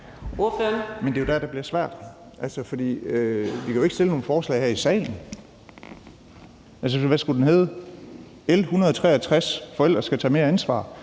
Men det er jo der, det bliver svært. Vi kan jo ikke fremsætte nogen forslag her i salen, for hvad skulle det hedde – L 163 om, at forældre skal tage mere ansvar?